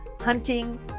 hunting